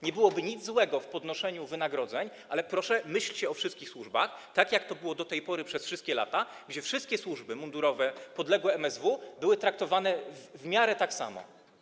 Nie byłoby nic złego w podnoszeniu wynagrodzeń, ale, proszę, myślcie o wszystkich służbach, tak jak to było do tej pory przez wszystkie lata, kiedy wszystkie służby mundurowe podległe MSWiA były traktowane w miarę tak samo.